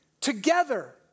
together